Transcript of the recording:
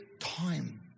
time